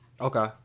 Okay